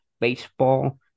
Baseball